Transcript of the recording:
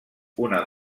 una